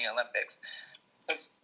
Olympics